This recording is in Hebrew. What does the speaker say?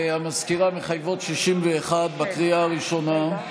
המזכירה, מחייבות 61 בקריאה הראשונה.